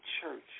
church